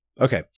Okay